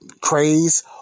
craze